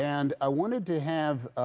and i wanted to have